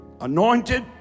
anointed